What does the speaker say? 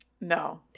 No